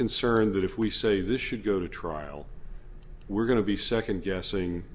concerned that if we say this should go to trial we're going to be second guessing